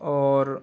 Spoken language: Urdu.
اور